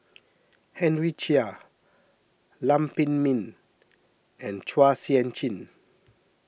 Henry Chia Lam Pin Min and Chua Sian Chin